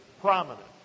prominent